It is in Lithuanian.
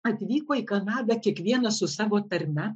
atvyko į kanadą kiekvienas su savo tarme